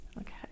Okay